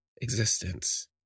existence